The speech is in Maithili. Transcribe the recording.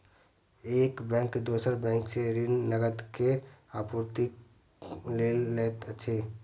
एक बैंक दोसर बैंक सॅ ऋण, नकद के आपूर्तिक लेल लैत अछि